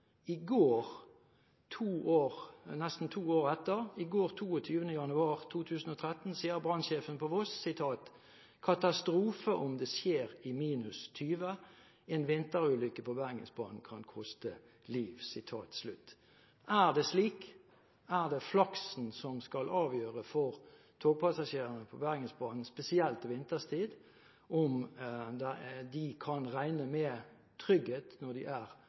I går, 22. januar 2013 – nesten to år senere – sa brannsjefen på Voss: «Katastrofe om det skjer i 20 minus. Ei vinterulukke på Bergensbanen kan koste liv.» Er det slik? Er det flaks som skal avgjøre om passasjerene på Bergensbanen, spesielt vinterstid, kan regne med trygghet når de er